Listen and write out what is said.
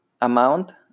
amount